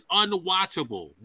unwatchable